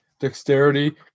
Dexterity